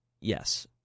Yes